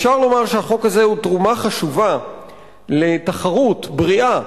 אפשר לומר שהחוק הזה הוא תרומה חשובה לתחרות בריאה